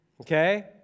Okay